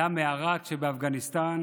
עלה מהראת שבאפגניסטן